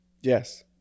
Yes